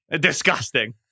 Disgusting